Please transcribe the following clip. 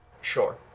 Sure